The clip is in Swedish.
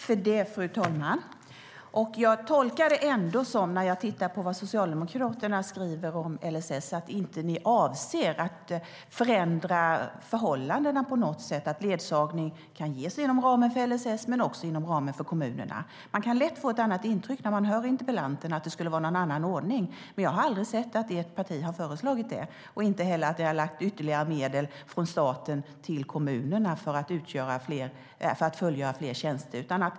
Fru talman! När jag tittar på vad Socialdemokraterna skriver om LSS tolkar jag det ändå som att ni inte på något sätt avser att förändra förhållandena, att ledsagning kan ges inom ramen för LSS men också inom ramen för kommunerna. Man kan lätt få intryck av att det skulle vara en annan ordning när man hör interpellanten, men jag har aldrig sett att ert parti har föreslagit det och inte heller att ni har lagt över ytterligare medel från staten till kommunerna för att fullgöra fler tjänster.